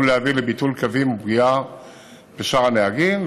עלול להביא לביטול קווים ופגיעה בשאר הנהגים.